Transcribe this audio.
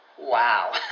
Wow